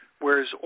whereas